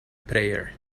prayer